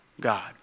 God